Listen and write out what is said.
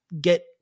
get